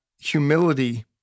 humility